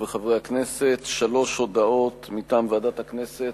הכנסת, שלוש הודעות מטעם הכנסת.